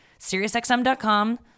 SiriusXM.com